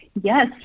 Yes